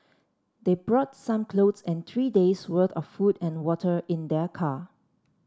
they brought some clothes and three days' worth of food and water in their car